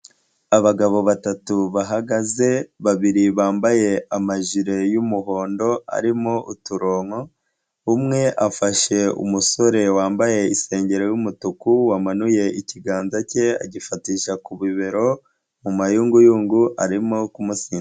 Abagabo batatu bahagaze babiri bambaye amajire y'umuhondo arimo uturongo, umwe afashe umusore wambaye isengero y'umutuku wamanuye ikiganza cye agifatisha ku bibero mumayunguyungu arimo kumusi......